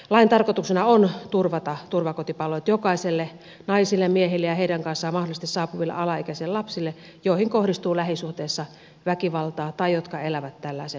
lain tarkoituksena on turvata turvakotipalvelut jokaiselle naisille miehille ja heidän kanssaan mahdollisesti saapuville alaikäisille lapsille joihin kohdistuu lähisuhteessa väkivaltaa tai jotka elävät tällaisen uhan alla